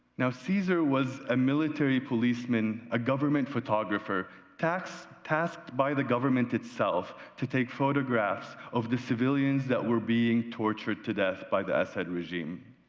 now, caesar was a military policeman, a government photographer tasked by the government itself to take photographs of the civilians that were being tortured to death by the esed regime.